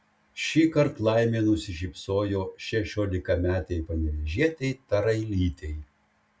šįkart laimė nusišypsojo šešiolikametei panevėžietei tarailytei